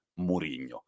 Mourinho